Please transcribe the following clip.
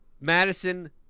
Madison